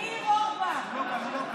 אינו נוכח